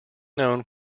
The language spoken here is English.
known